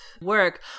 work